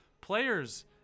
Players